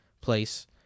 place